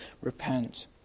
repent